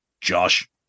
Josh